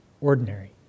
ordinary